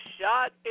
shot